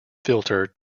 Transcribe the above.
filter